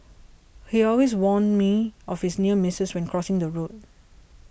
he always warn me of his near misses when crossing the road